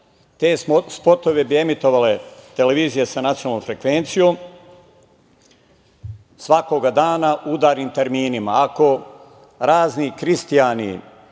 Te spotove bi emitovale televizije sa nacionalnom frekvencijom svakog dana u udarnim terminima. Ako